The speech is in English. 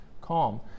calm